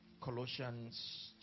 Colossians